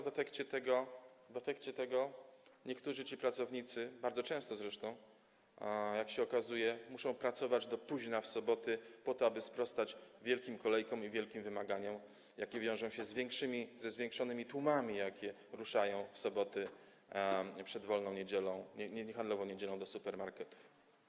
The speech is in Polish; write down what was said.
W efekcie tego niektórzy pracownicy, bardzo często zresztą, jak się okazuje, muszą pracować do późna w soboty, po to aby sprostać wielkim kolejkom i wielkim wymaganiom, jakie wiążą się ze zwiększonymi tłumami, jakie ruszają w soboty przed wolną niedzielą, niehandlową niedzielą do supermarketów.